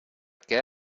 què